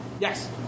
Yes